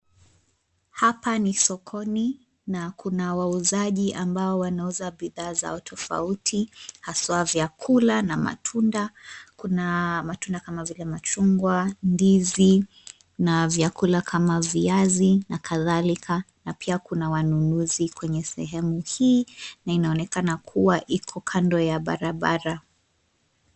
Hapa ni sokoni na kuna wauzaji ambao wanauza bidhaa zao tofauti haswa vyakula na matunda, kuna matunda kama vile machungwa, ndizi na vyakula kama viazi na kadhalika, na pia kuna wanunuzi kwenye sehemu hii, na inaonekana kuwa iko kando ya barabara.